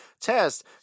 test